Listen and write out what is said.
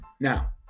Now